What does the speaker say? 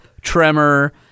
Tremor